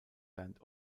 bernd